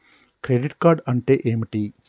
Credit card అంటే ఏమిటి?